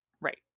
Right